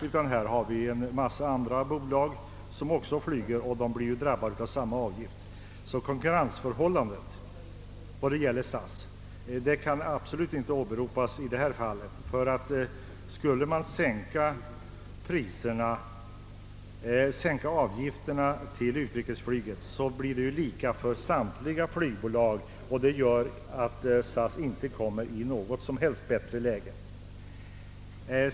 Vi har en mängd andra bolag som också flyger och kommer att drabbas av samma avgift. Konkurrensförhållandet kan absolut inte åberopas i detta fall, ty skulle man sänka avgifterna på utrikesflyget, blir situationen likartad för samtliga flygbolag. SAS kommer alltså därigenom inte i något som helst bättre läge.